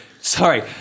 sorry